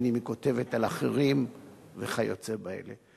בין שהיא כותבת על אחרים וכיוצא באלה.